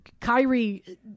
Kyrie